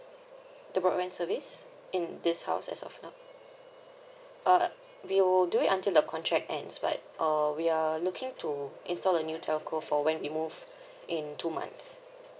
the broadband service in this house as of now uh we will do it until the contract ends but uh we are looking to install a new telco for when we move in two months